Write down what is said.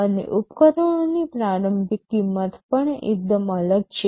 અને ઉપકરણોની પ્રારંભિક કિંમત પણ એકદમ અલગ છે